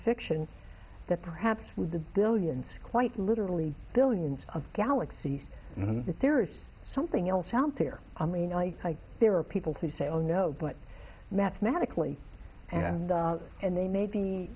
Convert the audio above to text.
fiction that perhaps was the billions quite literally billions of galaxies that there is something else out there i mean like there are people who say oh no but mathematically and and they may be